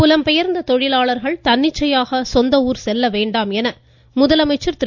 புலம்பெயர்ந்த தொழிலாளர்கள் தன்னிச்சையாக சொந்தஊர் செல்லவேண்டாம் என்று முதலமைச்சர் திரு